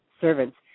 servants